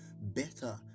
better